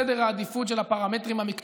זה לא נמצא בסדר העדיפויות של הפרמטרים המקצועיים,